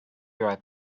right